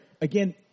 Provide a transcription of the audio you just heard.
again